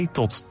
tot